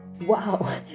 wow